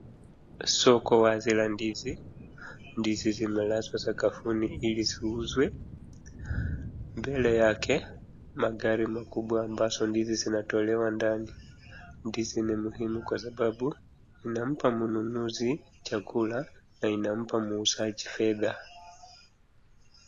Soko wazi la ndizi, ndizi zimelazwa sakafuni ili ziuzwe. Mbele yake, ni magari makubwa ambazo ndizi zinatolewa ndani. Ndizi ni muhimu kwasababu, inampa mnunuzi chakula, na inampa muuzaji fedha.